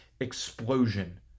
explosion